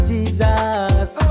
Jesus